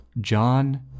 john